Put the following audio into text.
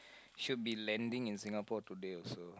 should be landing in Singapore today also